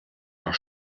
noch